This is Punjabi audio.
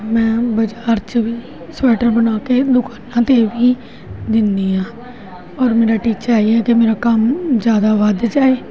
ਮੈਂ ਬਾਜ਼ਾਰ 'ਚ ਵੀ ਸਵੈਟਰ ਬਣਾ ਕੇ ਦੁਕਾਨਾਂ 'ਤੇ ਵੀ ਦਿੰਦੀ ਹਾਂ ਔਰ ਮੇਰਾ ਟੀਚਾ ਇਹ ਹੀ ਹੈ ਕਿ ਮੇਰਾ ਕੰਮ ਜ਼ਿਆਦਾ ਵੱਧ ਜਾਏ